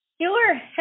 Sure